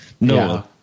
No